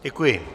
Děkuji.